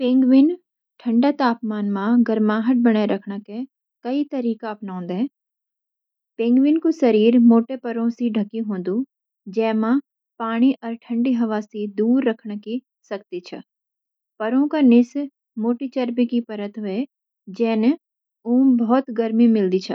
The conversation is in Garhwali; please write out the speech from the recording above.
पेंगुइन ठंडा तापमान म गर्माहट बने रखन के कई तरीका अपनांदैं। पेंगुइन कु शरीर मोटे परों सी ढकु होदु, जै म पानी अर ठंडी हवा सी दूर रखन की शक्ति छ। परों का नीस मोटी चर्बी की परत ह्वे, जैने ऊँ बहुत गर्मी मिलदी छ।